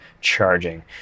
charging